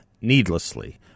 needlessly